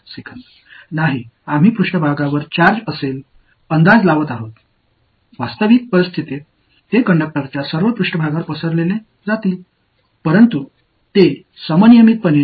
இல்லை மேற்பரப்பில் இருக்க வேண்டிய சார்ஜ்களை நாங்கள் தோராயமாக மதிப்பிடுகிறோம் ஒரு யதார்த்தமான சூழ்நிலையில் அவை கடத்தியின் மேற்பரப்பு முழுவதும் பூசப்படும் ஆனால் அவை சமச்சீராக விநியோகிக்கப்படும்